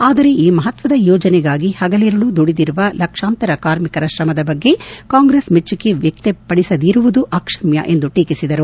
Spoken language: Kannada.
ಆದರೆ ಈ ಮಪತ್ನದ ಯೋಜನೆಗಾಗಿ ಪಗಲಿರುಳು ದುಡಿದಿರುವ ಲಕ್ಷಾಂತರ ಕಾರ್ಮಿಕರ ಶ್ರಮದ ಬಗ್ಗೆ ಕಾಂಗ್ರೆಸ್ ಮೆಚ್ಚುಗೆ ವ್ಯಕ್ತಪಡಿಸದಿರುವುದು ಅಕ್ಷಮ್ಯ ಎಂದು ಟೀಕಿಸಿದರು